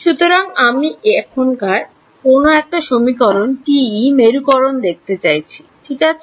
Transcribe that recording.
সুতরাং আমি এখানকার কোন একটা সমীকরণ TE মেরুকরণ দেখতে চাইছি ঠিক আছে